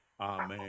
amen